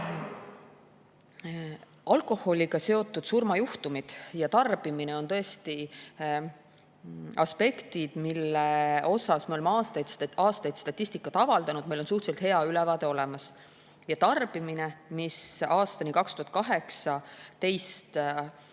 Alkoholiga seotud surmajuhtumid ja selle tarbimine on tõesti aspektid, mille kohta me oleme aastaid statistikat avaldanud, meil on neist suhteliselt hea ülevaade olemas. Tarbimine, mis aastani 2018